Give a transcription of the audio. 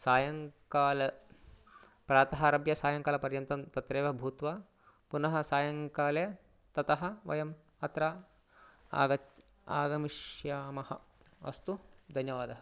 सायङ्काले प्रातः आरभ्य सायङ्कालपर्यन्तं तत्रैव भूत्वा पुनः सायङ्काले ततः वयम् अत्र आगच्छ आगमिष्यामः अस्तु धन्यवादः